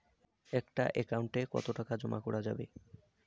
একটা একাউন্ট এ কতো টাকা জমা করা যাবে?